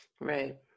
Right